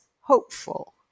hopeful